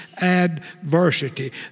adversity